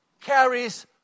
carries